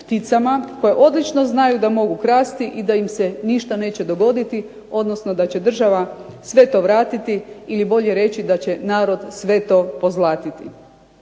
pticama koje odlično znaju da mogu krasti i da im se ništa neće dogoditi, odnosno da će država sve to vratiti ili bolje reći da će narod sve to pozlatiti.